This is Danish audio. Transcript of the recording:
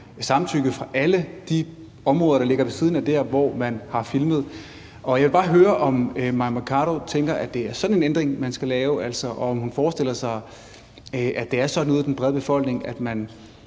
samtykke fra alle de områder, der ligger ved siden af der, hvor man har filmet. Jeg vil bare høre, om Mai Mercado tænker, at det er sådan en ændring, man skal lave – altså, om hun forestiller sig, at det er sådan ude i den brede befolkning, at man